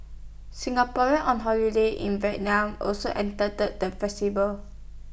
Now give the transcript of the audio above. Singaporeans on holiday in Vietnam also attended the festival